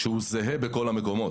שהוא זהה בכל המקומות.